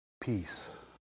Peace